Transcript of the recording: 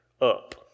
up